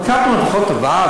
אבל קפלן לפחות עבד.